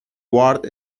ward